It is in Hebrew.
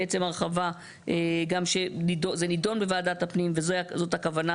בעצם הרחבה גם שזה נידון בוועדת הפנים וזאת הכוונה,